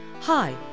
Hi